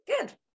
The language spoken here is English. Good